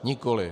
Nikoli.